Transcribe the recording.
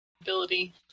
ability